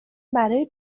برای